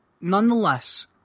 nonetheless